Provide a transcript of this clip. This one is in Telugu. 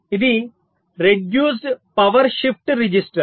ఇది రెడ్యూస్డ్ పవర్ షిఫ్ట్ రిజిస్టర్